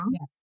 Yes